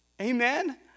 Amen